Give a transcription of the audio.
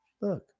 Look